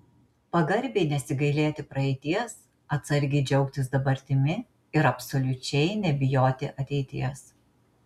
pagarbiai nesigailėti praeities atsargiai džiaugtis dabartimi ir absoliučiai nebijoti ateities